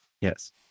Yes